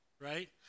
right